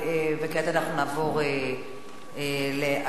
כעת, נעבור להצבעה,